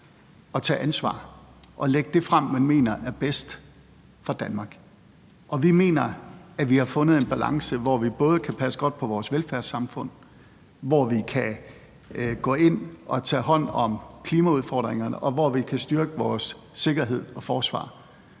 at tage ansvar og lægge det frem, man mener er bedst for Danmark. Og vi mener, at vi har fundet en balance, hvor vi både kan passe godt på vores velfærdssamfund, hvor vi kan gå ind og tage hånd om klimaudfordringerne, og hvor vi kan styrke vores sikkerhed og forsvar,